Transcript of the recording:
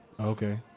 Okay